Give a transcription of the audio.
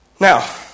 Now